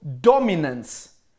dominance